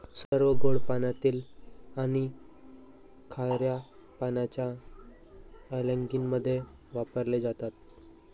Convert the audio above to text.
सर्व गोड पाण्यातील आणि खार्या पाण्याच्या अँलिंगमध्ये वापरले जातात